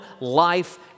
life